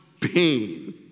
pain